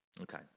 Okay